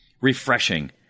refreshing